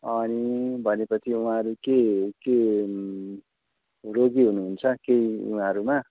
अनि भनेपछि उहाँहरू के के रोगी हुनुहुन्छ केही उहाँहरूमा